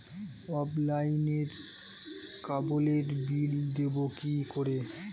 অফলাইনে ক্যাবলের বিল দেবো কি করে?